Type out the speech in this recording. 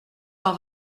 par